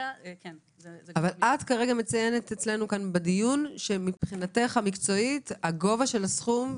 כרגע את מציינת שמבחינתך המקצועית גובה הסכום,